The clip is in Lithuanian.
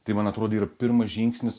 tai man atrodė yra pirmas žingsnis